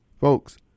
Folks